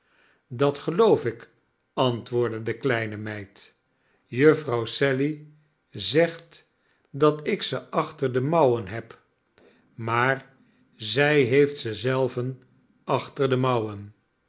dat geloof ik antwoordde de kleine meid jufvrouw sally zegt dat ik ze achter de mouwen heb maar zij heeft ze zelve achter de mouwen